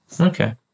Okay